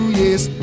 yes